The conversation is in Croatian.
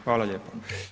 Hvala lijepo.